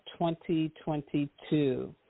2022